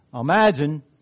Imagine